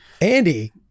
Andy